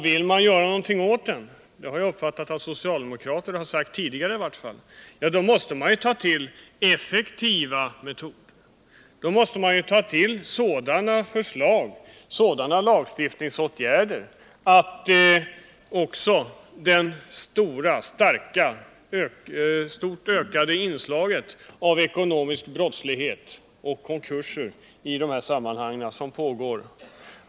Vill man göra något åt den — och jag har uppfattat att socialdemokrater i varje fall tidigare har uttalat en sådan vilja — måste man lägga fram förslag till effektiva lagstiftningsåtgärder för att hejda det starkt ökade inslaget av ekonomisk brottslighet i samband med konkurser.